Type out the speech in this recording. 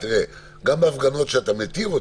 גם בהפגנות שאתה מתיר,